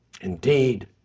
Indeed